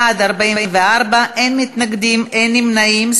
בעד, 44, אין מתנגדים, אין נמנעים.